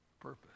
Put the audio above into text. purpose